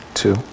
two